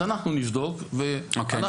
אז אנחנו נבדוק ואנחנו נבוא לפגישה הבאה --- אוקיי,